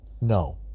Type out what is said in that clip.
no